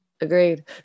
agreed